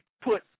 put